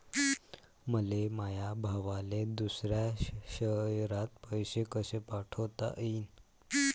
मले माया भावाले दुसऱ्या शयरात पैसे कसे पाठवता येईन?